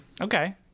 Okay